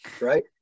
Right